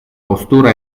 postura